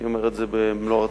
אני אומר את זה במלוא הרצינות.